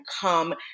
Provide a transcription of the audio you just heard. come